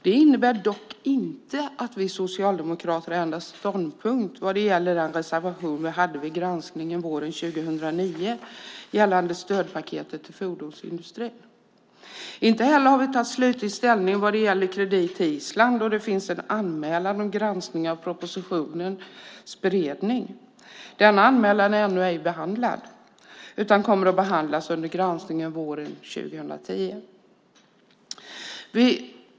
Detta innebär dock inte att vi socialdemokrater ändrat ståndpunkt beträffande en reservation vi hade vid granskningen våren 2009 gällande stödpaketet till fordonsindustrin. Inte heller har vi tagit slutlig ställning vad gäller kredit till Island då det finns en anmälan om granskning av propositionens beredning. Denna anmälan är ännu inte behandlad utan kommer att behandlas under granskningen våren 2010.